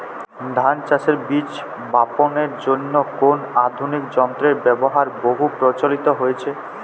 ধান চাষের বীজ বাপনের জন্য কোন আধুনিক যন্ত্রের ব্যাবহার বহু প্রচলিত হয়েছে?